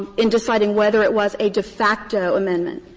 in deciding whether it was a de facto amendment,